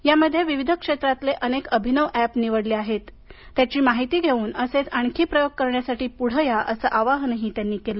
या मध्ये विविध क्षेत्रांतले अनेक अभिनव एप निवडले आहेत त्यांची माहिती घेऊन असेच आणखी प्रयोग करण्यासाठी पुढे या असं आवाहनही त्यांनी केलं